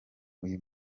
uyu